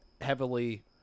heavily